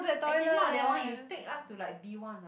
as in not that one you take up to like B-one or some~